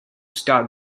star